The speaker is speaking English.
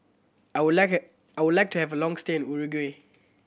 I would like a I would like to have a long stay in Uruguay